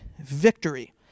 victory